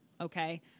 Okay